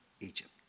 Egypt